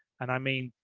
and i mean,